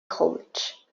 college